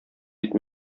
бит